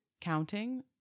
counting